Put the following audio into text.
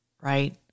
right